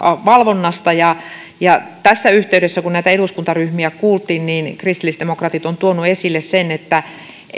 valvonnasta ja ja kun tässä yhteydessä näitä eduskuntaryhmiä kuultiin niin kristillisdemokraatit on tuonut esille sen että